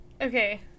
Okay